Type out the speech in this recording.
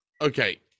Okay